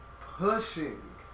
pushing